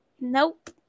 Nope